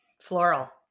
Floral